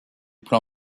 plan